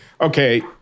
Okay